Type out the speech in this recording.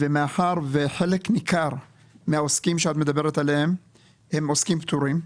מאחר וחלק ניכר מן העוסקים שאת מדברת עליהם הם עוסקים פטורים,